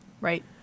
right